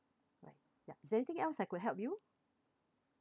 right ya is there anything else I could help you